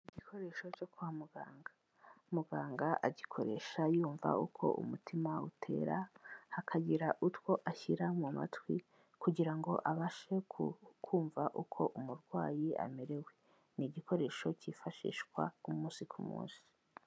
Igikoresho cyo kwa muganga, muganga agikoresha yumva uko umutima utera hakagira utwo ashyira mu matwi kugira ngo abashe kumva uko umurwayi amerewe, ni igikoresho cyifashishwa umunsi ku munsi.